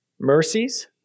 mercies